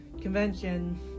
convention